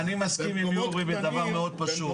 אני מסכים עם יורי בדבר מאוד פשוט.